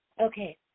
Okay